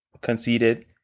conceded